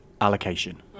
allocation